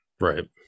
Right